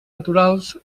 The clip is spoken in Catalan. naturals